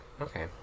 Okay